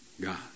God